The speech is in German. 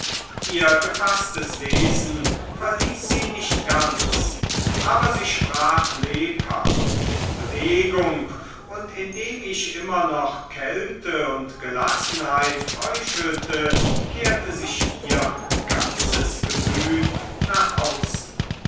ihr gefaßtes wesen verließ sie nicht ganz aber sie sprach lebhaft mit bewegung und indem ich immer noch kälte und gelassenheit heuchelte kehrte sich ihr ganzes gemüt nach außen